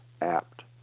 apt